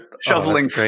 shoveling